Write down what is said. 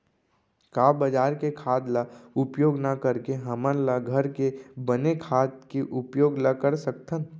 का बजार के खाद ला उपयोग न करके हमन ल घर के बने खाद के उपयोग ल कर सकथन?